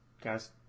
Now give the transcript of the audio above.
guys